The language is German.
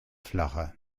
flacher